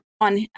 on